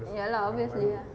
ya lah obviously lah